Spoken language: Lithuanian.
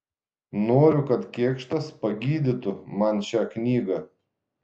noriu kad kėkštas pagydytų man šią knygą